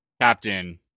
captain